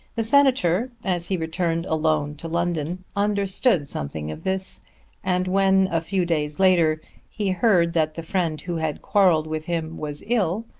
the senator as he returned alone to london understood something of this and when a few days later he heard that the friend who had quarrelled with him was ill,